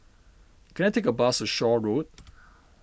can I take a bus Shaw Road